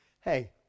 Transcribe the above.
Hey